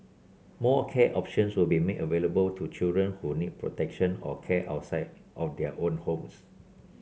more care options will be made available to children who need protection or care outside of their own homes